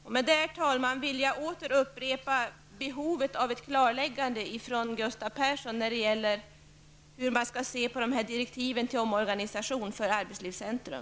Med det, herr talman, vill jag åter upprepa att det finns ett behov av ett klarläggande från Gustav Perssons sida beträffande hur man skall se på direktiven för omorganisationen av arbetslivscentrum.